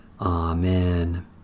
Amen